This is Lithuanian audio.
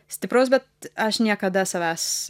stipraus bet aš niekada savęs